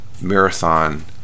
marathon